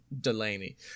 Delaney